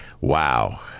Wow